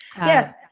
Yes